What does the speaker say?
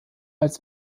als